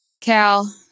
cal